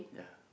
yeah